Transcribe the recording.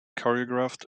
choreographed